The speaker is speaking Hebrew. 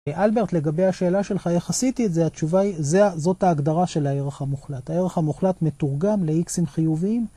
אלברט, לגבי השאלה שלך, איך עשיתי את זה? התשובה היא, זאת ההגדרה של הערך המוחלט. הערך המוחלט מתורגם לאיקסים חיוביים.